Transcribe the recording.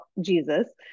Jesus